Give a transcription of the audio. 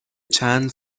چند